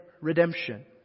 redemption